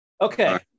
Okay